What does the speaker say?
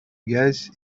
guess